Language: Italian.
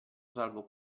salvo